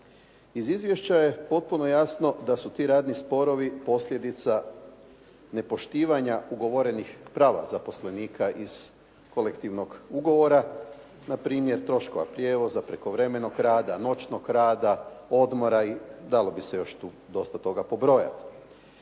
Iz izvješća je potpuno jasno da su ti radni sporovi posljedica nepoštivanja ugovorenih prava zaposlenika iz kolektivnog ugovora. Na primjer, troškova prijevoza, prekovremenog rada, noćnog rada, odmora i dalo bi se tu još dosta toga pobrojati.